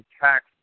tax